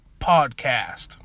Podcast